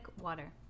water